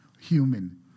human